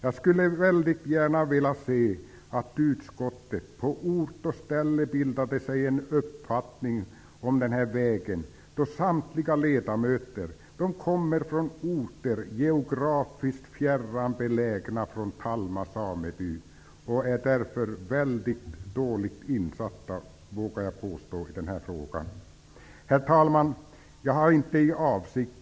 Mycket gärna skulle jag vilja att utskottet på ort och ställe bildade sig en uppfattning om den här vägen, eftersom samtliga ledamöter kommer från orter som är geografiskt fjärran belägna från Talma sameby och därför är mycket dåligt insatta i den här frågan -- vågar jag påstå. Herr talman!